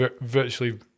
virtually